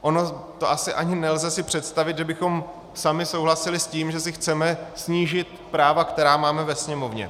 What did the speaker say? Ono to asi ani nelze si představit, že bychom sami souhlasili s tím, že si chceme snížit práva, která máme ve Sněmovně.